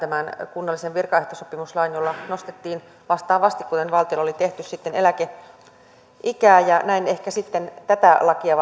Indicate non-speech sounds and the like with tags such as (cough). kunnallisen virkaehtosopimuslain jolla nostettiin vastaavasti kuten valtiolla oli tehty sitten eläkeikää ja näin ehkä sitten vastaavasti tätä lakia (unintelligible)